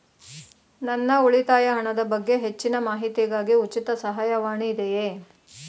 ನನ್ನ ಉಳಿತಾಯ ಹಣದ ಬಗ್ಗೆ ಹೆಚ್ಚಿನ ಮಾಹಿತಿಗಾಗಿ ಉಚಿತ ಸಹಾಯವಾಣಿ ಇದೆಯೇ?